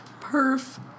Perf